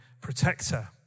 protector